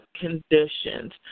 conditions